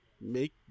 make